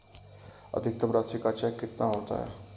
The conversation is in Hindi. अधिकतम राशि का चेक कितना होता है?